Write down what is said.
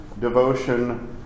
devotion